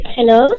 Hello